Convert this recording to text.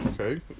okay